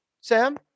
Sam